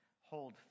Hold